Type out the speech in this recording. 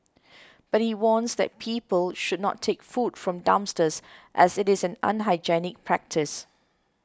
but he warns that people should not take food from dumpsters as it is an unhygienic practice